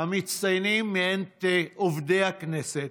המצטיינים מאת עובדי הכנסת,